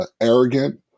arrogant